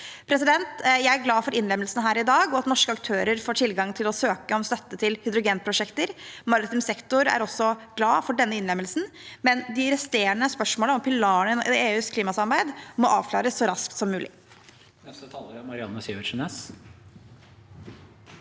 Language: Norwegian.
Jeg er glad for innlemmelsen her i dag, og for at norske aktører får tilgang til å søke om støtte til hydrogenprosjekter. Maritim sektor er også glad for denne innlemmelsen. Men de resterende spørsmålene om pilarene i EUs klimasamarbeid må avklares så raskt som mulig.